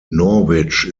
norwich